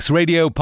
Radio